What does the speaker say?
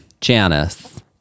Janice